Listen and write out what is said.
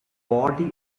body